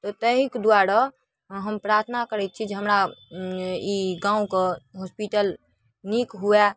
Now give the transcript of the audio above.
ताहिके दुआरे हम प्रार्थना करै छी कि ई हमरा गामके हॉस्पिटल नीक हुअए